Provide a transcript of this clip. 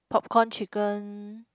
popcorn chicken